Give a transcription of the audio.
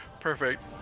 Perfect